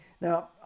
now